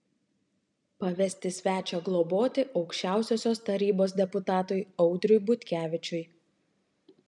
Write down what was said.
pavesti svečią globoti aukščiausiosios tarybos deputatui audriui butkevičiui